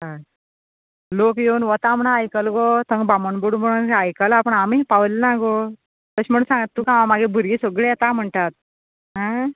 आं लोक येवन वता म्हूण आयकला गो थंग बामण बुडो म्हण आयकला पूण आमी पावली ना गो अशें म्हूण सांगता तुका हांव मागीर भुरगीं सगळी येता म्हणटात आं